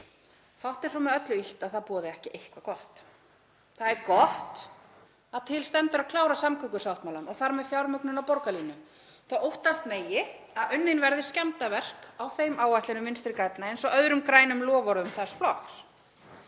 Fátt er svo með öllu illt að það boði ekki eitthvað gott. Það er gott að til stendur að klára samgöngusáttmálann og þar með fjármögnun á borgarlínu þó að óttast megi að unnin verði skemmdarverk á þeim áætlunum Vinstri grænna eins og öðrum grænum loforðum þess flokks.